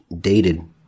dated